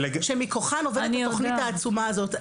שמכוחן עובדת את התכנית העצומה הזו,